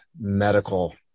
medical